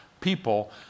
people